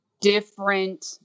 different